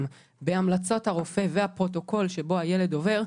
בהמלצת הרופא והפרוטוקול שבו הילד עובר.